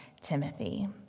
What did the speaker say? Timothy